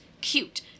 cute